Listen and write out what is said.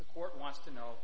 the court wants to know